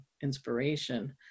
inspiration